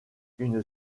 une